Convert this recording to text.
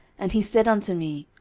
and he said unto me,